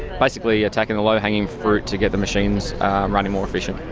basically attacking the low hanging fruit to get the machines running more efficient.